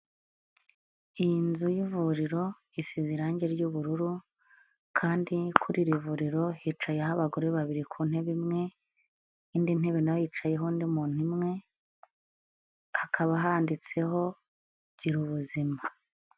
Iyi nzu y'ivuriro isize irangi ry'ubururu, kandi kuri iri vuriro hicayeho abagore babiri ku ntebe imwe, indi ntebe nayo yicayeho undi muntu umwe, hakaba handitseho Girabuzima.